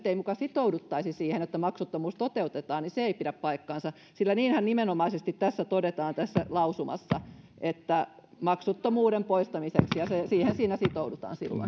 ei muka sitouduttaisi siihen että maksuttomuus toteutetaan ei pidä paikkaansa sillä niinhän nimenomaisesti tässä lausumassa todetaan että maksullisuuden poistamiseksi ja siihen siinä sitoudutaan silloin